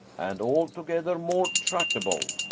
and altogether more tractable.